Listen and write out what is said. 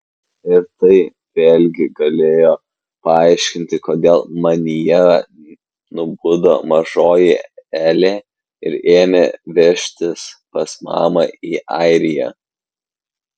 ir tai vėlgi galėjo paaiškinti kodėl manyje nubudo mažoji elė ir ėmė veržtis pas mamą į airiją